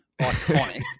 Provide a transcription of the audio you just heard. iconic